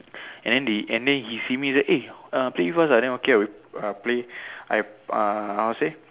and then they and then he see me he said eh uh play with us ah then okay ah then we uh play I uh how to say